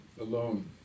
alone